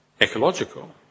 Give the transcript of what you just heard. ecological